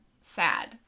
sad